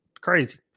Crazy